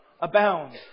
abound